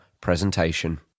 presentation